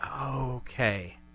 Okay